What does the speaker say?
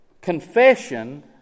Confession